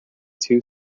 two